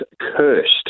cursed